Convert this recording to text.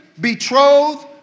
betrothed